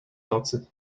nocy